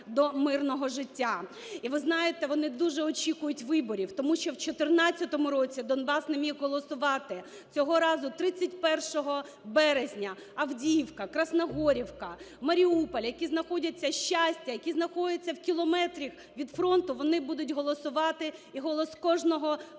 І, ви знаєте, вони дуже очікують виборів. Тому що в 14-му році Донбас не міг голосувати. Цього разу 31 березня Авдіївка, Красногорівка, Маріуполь, які знаходяться... Щастя, які знаходяться в кілометрі від фронту, вони будуть голосувати, і голос кожного